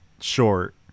short